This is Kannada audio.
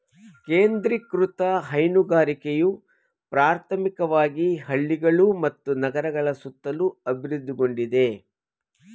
ಕೇಂದ್ರೀಕೃತ ಹೈನುಗಾರಿಕೆಯು ಪ್ರಾಥಮಿಕವಾಗಿ ಹಳ್ಳಿಗಳು ಮತ್ತು ನಗರಗಳ ಸುತ್ತಲೂ ಅಭಿವೃದ್ಧಿಗೊಂಡಿದೆ